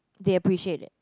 they appreciate it